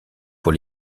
pour